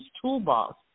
toolbox